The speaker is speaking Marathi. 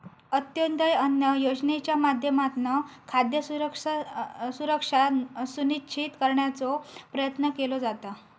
अंत्योदय अन्न योजनेच्या माध्यमातना खाद्य सुरक्षा सुनिश्चित करण्याचो प्रयत्न केलो जाता